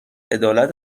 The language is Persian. عدالت